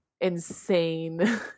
insane